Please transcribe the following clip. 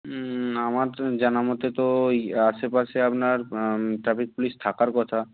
হুম আমার তো জানার মধ্যে তো ওই আশেপাশে আপনার ট্রাফিক পুলিশ থাকার কথা